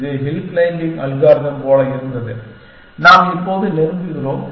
இது hill climbing algorithm போல இருந்தது நாம் இப்போது நெருங்குகிறோம்